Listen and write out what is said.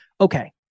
okay